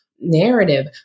narrative